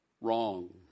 Wrong